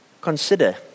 Consider